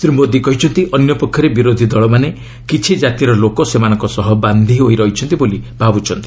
ଶ୍ରୀ ମୋଦି କହିଛନ୍ତି ଅନ୍ୟ ପକ୍ଷରେ ବିରୋଧୀଦଳମାନେ କିଛି କାତିର ଲୋକ ସେମାନଙ୍କ ସହ ବାନ୍ଧି ହୋଇ ରହିଛନ୍ତି ବୋଲି ଭାବୁଛନ୍ତି